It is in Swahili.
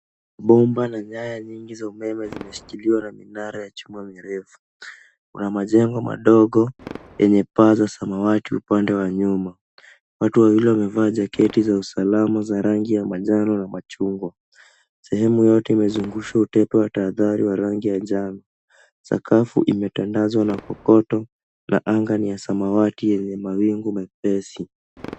Bomba na nyaya nyingi za umeme zimeshikiliwa na minara ya chuma mirefu. Kuna majengo madogo, yenye paa za samawati upande wa nyuma. Watu wawili wamevaa jaketi za usalama za rangi ya manjano na machungwa. Sehemu yote imezungushwa utepe wa tahadhari wa rangi ya njano. Sakafu imetandazwa na kokoto, na anga ni ya samawati yenye mawingu mepesi.